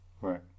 Right